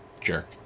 jerk